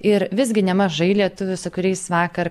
ir visgi nemažai lietuvių su kuriais vakar